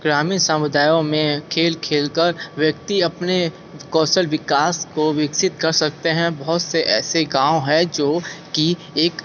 ग्रामीण समुदायों में खेल खेलकर व्यक्ति अपने कौशल विकास को विकसित कर सकते हैं बहुत से ऐसे गांव है जो कि एक